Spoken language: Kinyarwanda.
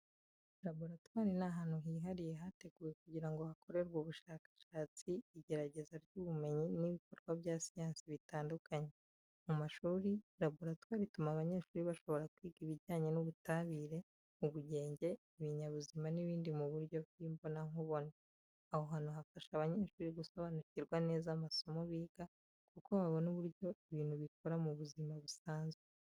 Laboratwari ni ahantu hihariye hateguwe kugira ngo hakorerwe ubushakashatsi, igerageza ry’ubumenyi n’ibikorwa bya siyansi bitandukanye. Mu mashuri, laboratwari ituma abanyeshuri bashobora kwiga ibijyanye n’ubutabire, ubugenge, ibinyabuzima n’ibindi mu buryo bw’imbonankubone. Aho hantu hafasha abanyeshuri gusobanukirwa neza amasomo biga, kuko babona uburyo ibintu bikora mu buzima busanzwe.